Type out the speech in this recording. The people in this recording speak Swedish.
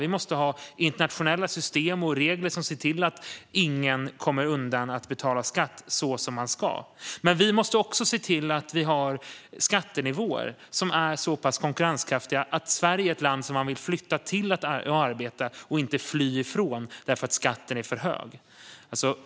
Vi måste ha internationella system och regler som ser till att ingen kommer undan att betala skatt så som man ska. Men vi måste också se till att vi har skattenivåer som är så pass konkurrenskraftiga att Sverige är ett land som man vill flytta till och arbeta i och inte fly ifrån därför att skatten är för hög.